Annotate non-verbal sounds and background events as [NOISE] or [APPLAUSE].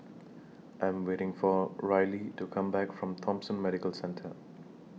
[NOISE] I Am waiting For Rillie to Come Back from Thomson Medical Centre